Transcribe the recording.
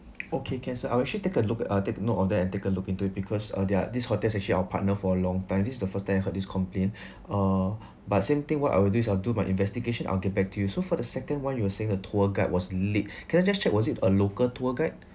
okay can so I will shall take a look at uh take a note on that and take a look into it because uh they are this hotel is actually our partner for a long time this is the first time I heard this complaint uh but same thing what I would do is I'll do my investigation I'll get back to you so for the second one you were saying the tour guide was late can I just check was it a local tour guide